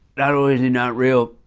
not only is he not real,